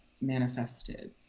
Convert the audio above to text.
Manifested